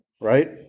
right